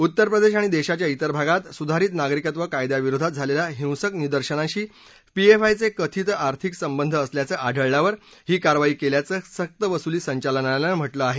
उत्तर प्रदेश आणि देशाच्या इतर भागात सुधारित नागरिकत्व कायद्याविरोधात झालेल्या हिंसक निदर्शनांशी पीएफआयचे कथित आर्थिक संबंध असल्याचं आढळल्यावर ही कारवाई केल्याचं सक्तवसुली संचालनालयानं म्हटलं आहे